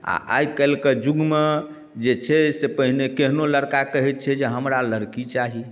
आओर आइकाल्हिके युगमे जे छै से पहिने केहनो लड़का कहै छै जे हमरा लड़की चाही